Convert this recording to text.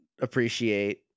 appreciate